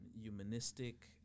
humanistic